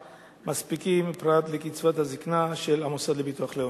מספיקים פרט לקצבת הזיקנה של המוסד לביטוח לאומי.